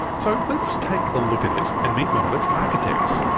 so let's take a look at it and meet one of its architects.